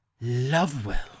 Lovewell